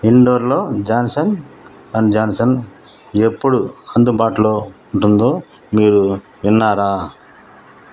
ఇందోర్లో Johnson and Johnson ఎప్పుడు అందుబాటులో ఉంటుందో మీరు విన్నారా